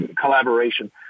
collaboration